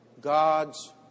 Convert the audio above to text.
God's